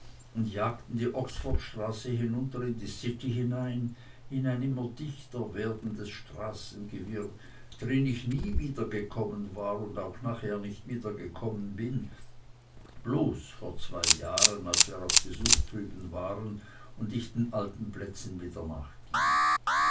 und jagten die oxfordstraße hinunter in die city hinein in ein immer dichter werdendes straßengewirr drin ich nie vorher gekommen war und auch nachher nicht wieder gekommen bin bloß vor zwei jahren als wir auf besuch drüben waren und ich den alten plätzen wieder